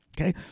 Okay